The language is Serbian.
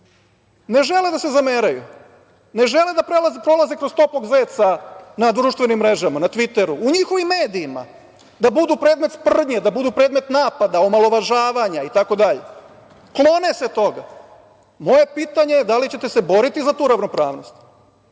ne žele da se zameraju, ne žele da prolaze kroz toplog zeca na društvenim mrežama, na Tviteru, u njihovim medijima, da budu predmet sprdnje, da budu predmet napada, omalovažavanja itd, klone se toga. Moje pitanje je – da li ćete se boriti za tu ravnopravnost? Dakle,